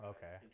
Okay